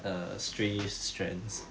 err stray strands